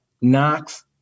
Knox